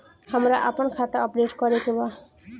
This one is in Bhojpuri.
हमरा आपन खाता अपडेट करे के बा